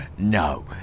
No